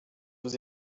vous